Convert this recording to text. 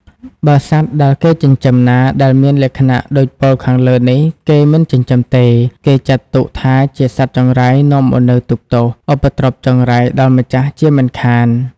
បើសត្វដែលគេចិញ្ចឹមណា ដែលមានលក្ខណៈដូចពោលខាងលើនេះ គេមិនចិញ្ចឹមទេ គេចាត់ទុកថាជាសត្វចង្រៃនាំមកនូវទុក្ខទោស ឧបទ្រពចង្រៃដល់ម្ចាស់ជាមិនខាន។